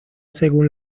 según